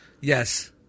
Yes